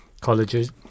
colleges